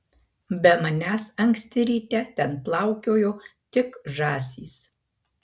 be manęs anksti ryte ten plaukiojo tik žąsys